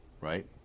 right